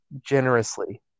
generously